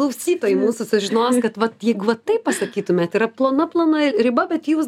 klausytojai mūsų sužinos kad vat jeigu vat taip pasakytumėt yra plona plona riba bet jūs